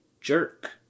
jerk